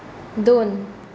दोन